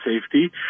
safety